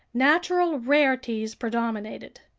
natural rarities predominated.